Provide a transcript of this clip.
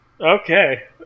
Okay